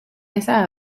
esa